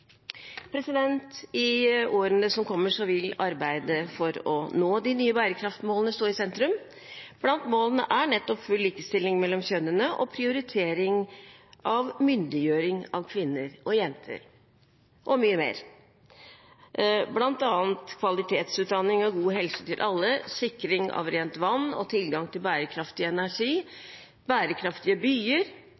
I årene som kommer, vil arbeidet for å nå de nye bærekraftsmålene stå i sentrum. Blant målene er nettopp full likestilling mellom kjønnene og prioritering av myndiggjøring av kvinner og jenter og mye mer, bl.a. kvalitetsutdanning og god helse til alle, sikring av rent vann og tilgang til bærekraftig energi,